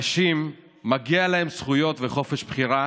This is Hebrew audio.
נשים, מגיע להן זכויות וחופש בחירה